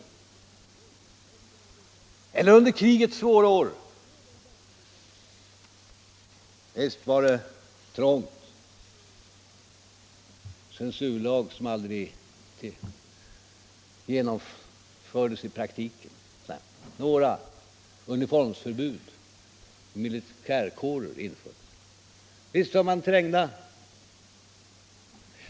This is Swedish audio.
Visst var de trängda under krigets svåra år — ett förslag om en censurlag som aldrig genomfördes i praktiken framlades och några uniformsförbud och förbud mot militärkårer infördes.